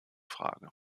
frage